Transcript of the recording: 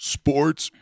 sports